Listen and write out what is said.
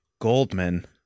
Goldman